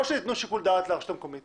או שתיתנו שיקול דעת לרשות המקומית